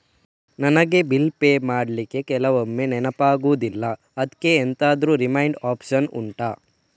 ನನಗೆ bill pay ಮಾಡ್ಲಿಕ್ಕೆ ಕೆಲವೊಮ್ಮೆ ನೆನಪಾಗುದಿಲ್ಲ ಅದ್ಕೆ ಎಂತಾದ್ರೂ ರಿಮೈಂಡ್ ಒಪ್ಶನ್ ಉಂಟಾ